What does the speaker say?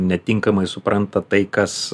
netinkamai supranta tai kas